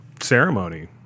ceremony